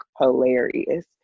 hilarious